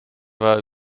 war